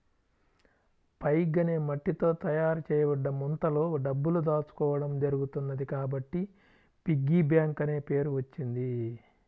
pig అనే మట్టితో తయారు చేయబడ్డ ముంతలో డబ్బులు దాచుకోవడం జరుగుతున్నది కాబట్టి పిగ్గీ బ్యాంక్ అనే పేరు వచ్చింది